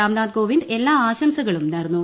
രാംനാഥ് കോവിന്ദ് എല്ലാ ആശംസകളും നേർന്നു